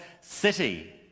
city